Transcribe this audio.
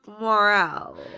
morale